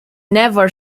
never